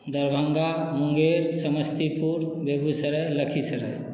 Darbhanga Munger Samastipur Begusarai Lakhisarai